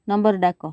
number ଡାକ